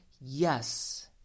yes